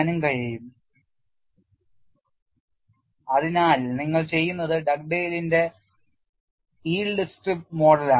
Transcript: Relationship between J and CTOD അതിനാൽ നിങ്ങൾ ചെയ്യുന്നത് ഡഗ്ഡെയ്ലിന്റെ Dugdale's yield സ്ട്രിപ്പ് മോഡലാണ്